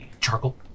charcoal